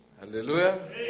hallelujah